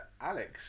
Alex